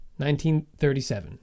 1937